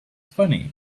funny